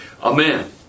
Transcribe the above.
Amen